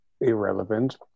irrelevant